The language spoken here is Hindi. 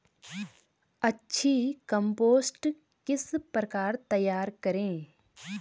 अच्छी कम्पोस्ट किस प्रकार तैयार करें?